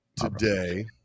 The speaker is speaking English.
today